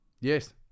Yes